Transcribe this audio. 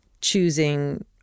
choosing